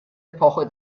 epoche